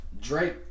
Drake